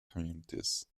communities